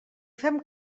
fem